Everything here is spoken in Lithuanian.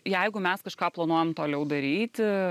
jeigu mes kažką planuojam toliau daryti